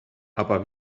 aber